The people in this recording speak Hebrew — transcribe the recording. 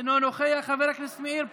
אינו נוכח, חבר הכנסת מאיר פרוש,